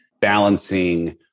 balancing